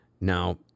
Now